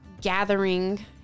gathering